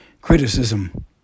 criticism